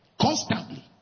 Constantly